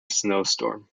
snowstorm